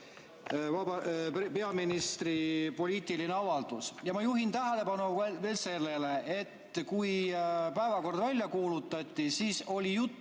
peaministri poliitiline avaldus. Ma juhin tähelepanu veel sellele, et kui päevakord välja kuulutati, siis oli juttu